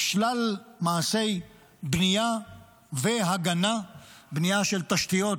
בשלל מעשי בנייה והגנה, בנייה של תשתיות